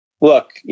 look